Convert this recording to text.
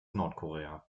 nordkorea